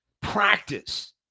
practice